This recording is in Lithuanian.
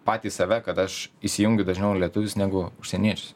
patys save kad aš įsijungiu dažniau lietuvius negu užsieniečius